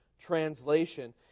translation